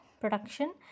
production